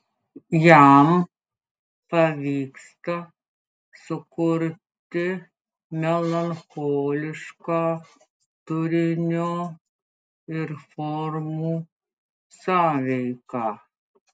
jam pavyksta sukurti melancholišką turinio ir formų sąveiką